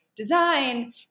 design